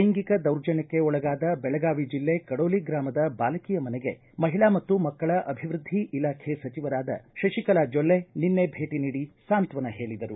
ಲೈಂಗಿಕ ದೌರ್ಜನ್ಹಕ್ಕೆ ಒಳಗಾದ ದೆಳಗಾವಿ ಜಿಲ್ಲೆ ಕಡೋಲಿ ಗ್ರಾಮದ ಬಾಲಕಿಯ ಮನೆಗೆ ಮಹಿಳಾ ಮತ್ತು ಮಕ್ಕಳ ಅಭಿವೃದ್ಧಿ ಇಲಾಖೆ ಸಚಿವರಾದ ಶಶಿಕಲಾ ಜೊಲ್ಲೆ ನಿನ್ನೆ ಭೇಟಿ ನೀಡಿ ಸಾಂತ್ವನ ಹೇಳಿದರು